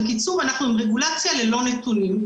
בקיצור, אנחנו רגולציה ללא נתונים.